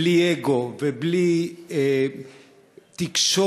בלי אגו ובלי תקשורת,